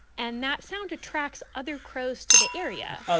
and that sound attracts other crows to the area